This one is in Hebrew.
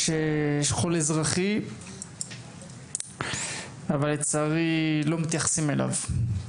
יש שכול אזרחי אבל לצערי לא מתייחסים אליו.